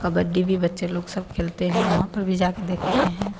कबड्डी भी बच्चे लोग सब खेलते हैं वहाँ पर भी जाकर देखते हैं